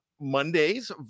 Monday's